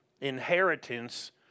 inheritance